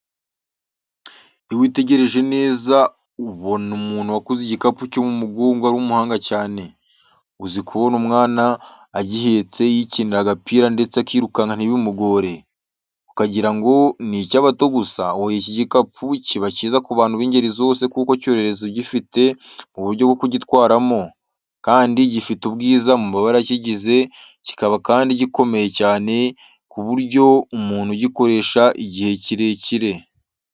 Iyo witegereje neza, ubona umuntu wakoze igikapu cyo mu mugongo ari umuhanga cyane. Uzi kubona umwana agihetse yikinira, agapira ndetse akirukanka ntibimugore? Ukagira ngo ni icy’abato gusa? Oya, iki gikapu kiba cyiza ku bantu b’ingeri zose kuko cyorohereza ugifite mu buryo gitwarwamo. Kandi gifite ubwiza mu mabara akigize, kikaba kandi gikomeye cyane ku buryo umuntu agikoresha igihe kirekire.